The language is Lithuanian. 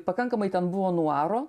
pakankamai ten buvo nuaro